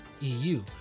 EU